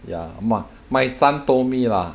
ya m~ my son told me lah